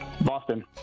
Boston